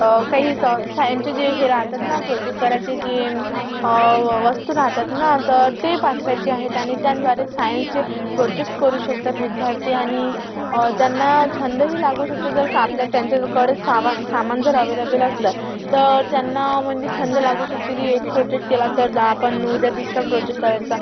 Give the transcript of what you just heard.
काही स सायन्सचे जे हे राहतात ना प्रोजेक्ट करायचे जे वस्तू राहतात ना तर ते पाठवायचे आहेत आणि त्याद्वारे सायन्सचे प्रोजेक्ट करू शकतात विद्यार्थी आणि त्यांना छंदही लागू शकतो जर सा आपल्याला त्यांच्याकडे सामान सामान जर अवेलेबल असलं तर त्यांना म्हणजे छंद लागू शकते की एक प्रोजेक्ट केला तर आपण उद्या दुसरा प्रोजेक्ट करायचा